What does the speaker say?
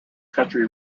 country